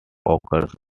occurs